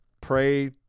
pray